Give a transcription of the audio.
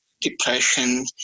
depression